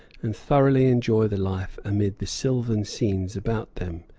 and thoroughly enjoy the life amid the sylvan scenes about them.